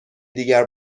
دیگر